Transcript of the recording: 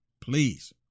Please